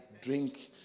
drink